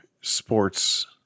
sports